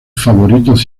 favoritos